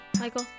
Michael